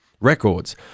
records